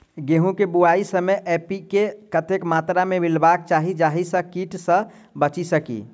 गेंहूँ केँ बुआई समय एन.पी.के कतेक मात्रा मे मिलायबाक चाहि जाहि सँ कीट सँ बचि सकी?